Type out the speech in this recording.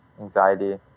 anxiety